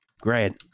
great